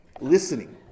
listening